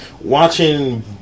watching